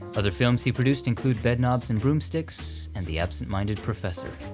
other films he produced include bedknobs and broomsticks, and the absent-minded professor.